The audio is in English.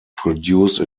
produce